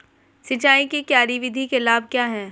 सिंचाई की क्यारी विधि के लाभ क्या हैं?